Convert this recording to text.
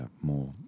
more